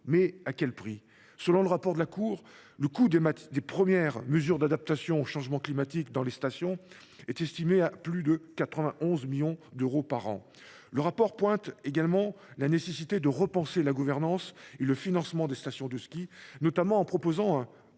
Mais à quel prix ? Selon le rapport de la Cour, le coût des premières mesures d’adaptation au changement climatique dans les stations est estimé à plus de 91 millions d’euros par an. Le rapport pointe également la nécessité de repenser la gouvernance et le financement des stations de ski. Il y est notamment proposé de